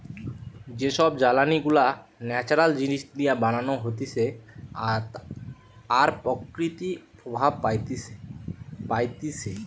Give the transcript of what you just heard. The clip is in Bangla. যে সব জ্বালানি গুলা ন্যাচারাল জিনিস দিয়ে বানানো হতিছে আর প্রকৃতি প্রভাব পাইতিছে